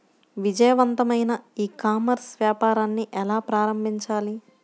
విజయవంతమైన e commerce వ్యాపారాన్ని ఎలా ప్రారంభించాలి?